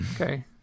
Okay